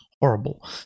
horrible